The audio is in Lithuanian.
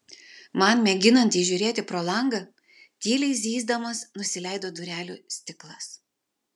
man mėginant įžiūrėti pro langą tyliai zyzdamas nusileido durelių stiklas